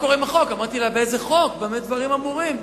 אמרתי לה: באיזה חוק, במה דברים אמורים?